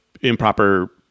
improper